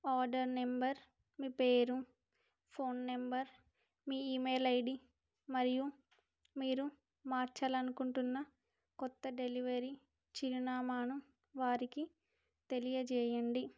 order number మీ పేరు phone number మీ ఈమెయిల్ ఐడీ మరియు మీరు మార్చాలి అనుకుంటున్న కొత్త డెలివరీ చిరునామాను వారికి తెలియజేయండి